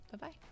bye-bye